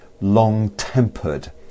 long-tempered